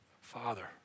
Father